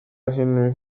henry